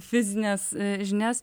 fizines žinias